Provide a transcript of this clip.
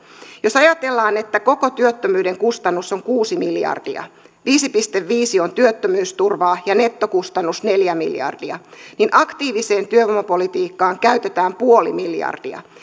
jos ajatellaan että koko työttömyyden kustannus on kuusi miljardia viisi pilkku viisi on työttömyysturvaa ja nettokustannus neljä miljardia niin aktiiviseen työvoimapolitiikkaan käytetään puoli miljardia